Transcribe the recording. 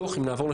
פשע חמור.